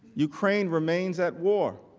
ukraine remains at war.